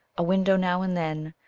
a window now and then,